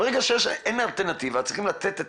ברגע שאין לי אלטרנטיבה צריכים לתת את